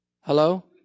Hello